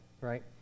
Right